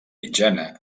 mitjana